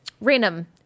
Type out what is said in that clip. random